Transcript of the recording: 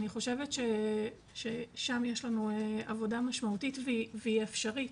אני חושבת ששם יש לנו עבודה משמעותית והיא אפשרית.